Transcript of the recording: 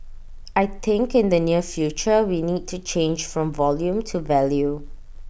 I think in the near future we need to change from volume to value